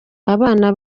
abana